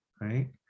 right